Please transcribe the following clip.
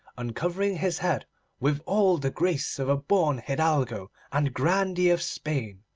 uncovering his head with all the grace of a born hidalgo and grandee of spain,